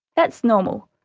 that's normal,